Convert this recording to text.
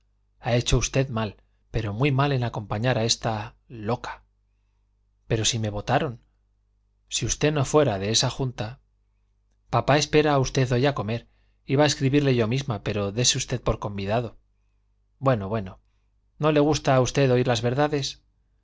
ha hecho usted mal pero muy mal en acompañar a esta loca pero si me votaron si usted no fuera de esa junta papá espera a usted hoy a comer iba a escribirle yo misma pero dese usted por convidado bueno bueno no le gusta a usted oír las verdades